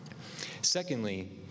Secondly